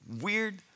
Weird